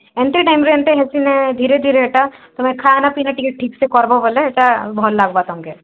ଏମିତି ଟାଇମ୍ରେ ଏମିତି ହେଉଛି ନା ଧୀରେ ଧୀରେ ଏଇଟା ତୁମେ ଖାନାପିନା ଟିକେ ଠିକ୍ ସେ କରବୋ ବୋଲୋ ଏଇଟା ଭଲ ଲାଗ୍ବା ତମ୍କେ